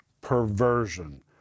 Perversion